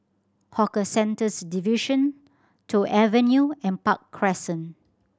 Hawker Centres Division Toh Avenue and Park Crescent